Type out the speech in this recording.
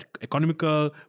economical